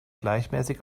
gleichmäßig